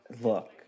Look